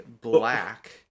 Black